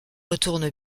retourne